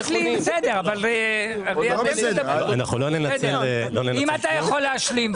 אם אתה יכול להשלים.